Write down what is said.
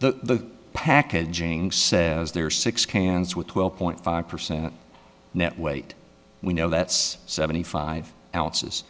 the packaging says there are six cans with twelve point five percent net weight we know that's seventy five ounces